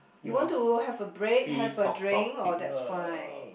you want to have to have a break have a drink or that's fine